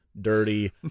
dirty